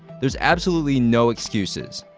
there's absolutely no excuses.